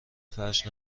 فرش